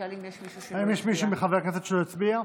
האם יש מישהו מחברי הכנסת שלא הצביע?